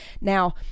Now